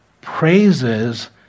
praises